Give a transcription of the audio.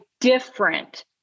different